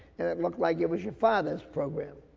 and it looked like it was your father's program.